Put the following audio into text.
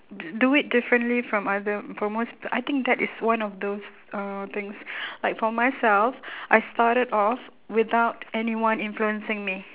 do it differently from other for most I think that is one of those uh things like for myself I started off without anyone influencing me